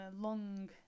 long